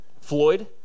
Floyd